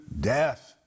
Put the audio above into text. death